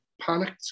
panicked